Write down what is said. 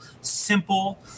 simple